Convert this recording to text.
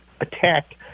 attacked